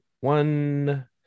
one